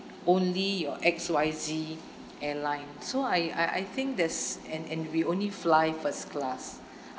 only your X Y Z airline so I I I think that's and and we only fly first class